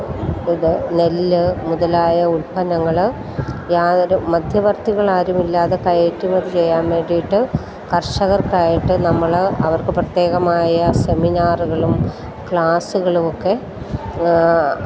ഇത് നെല്ല് മുതലായ ഉൽപ്പന്നങ്ങൾ യാതൊരു മധ്യവർത്തികളാരുമില്ലാതെ കയറ്റുമതി ചെയ്യാൻ വേണ്ടിയിട്ട് കർഷകർക്കായിട്ട് നമ്മൾ അവർക്ക് പ്രത്യേകമായ സെമിനാറുകളും ക്ലാസുകളുമൊക്കെ